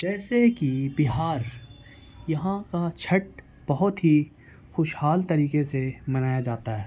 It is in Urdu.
جیسے کہ بہار یہاں کا چھٹ بہت ہی خوشحال طریقے سے منایا جاتا ہے